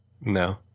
No